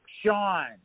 Sean